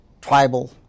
tribal